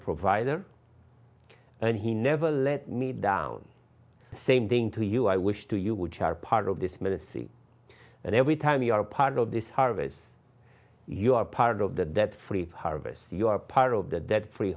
provider and he never let me down same thing to you i wish to you which are part of this ministry and every time you are part of this harvest you are part of the debt free harvest you are part of the debt free